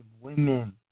women